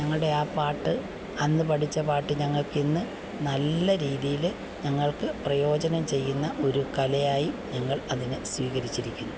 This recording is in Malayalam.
ഞങ്ങളുടെ ആ പാട്ട് അന്ന് പഠിച്ച പാട്ട് ഞങ്ങൾക്കിന്ന് നല്ല രീതിയിൽ ഞങ്ങൾക്ക് പ്രയോജനം ചെയ്യുന്ന ഒരു കലയായി ഞങ്ങൾ അതിനെ സ്വീകരിച്ചിരിക്കുന്നു